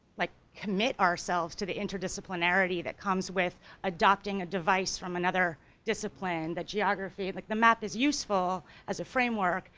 like, commit ourselves to the interdisciplinarity that comes with adopting a device from another discipline, that geography, like the map is useful as a framework,